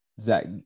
Zach